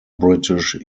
british